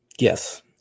Yes